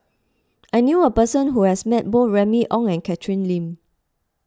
I knew a person who has met both Remy Ong and Catherine Lim